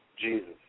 Jesus